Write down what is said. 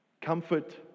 Comfort